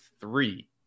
three